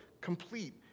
complete